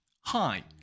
Hi